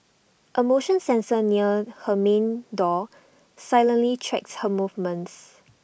A motion sensor near her main door silently tracks her movements